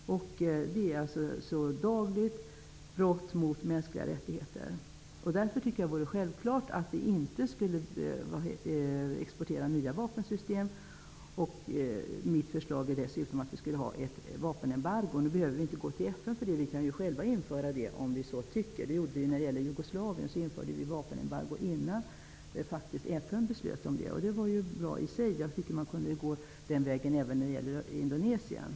Där begås dagligen brott mot de mänskliga rättigheterna. Jag tycker att det är självklart att vi inte skall exportera nya vapensystem dit. Jag föreslår dessutom ett vapenembargo. Vi behöver inte gå till FN för att få ett sådant till stånd; vi kan, om vi så tycker, införa det själva. När det gäller Jugoslavien införde vi ett vapenembargo innan FN beslutade om det. Det var bra i sig. Jag tycker att vi kunde gå den vägen även när det gäller Indonesien.